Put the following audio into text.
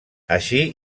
així